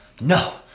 no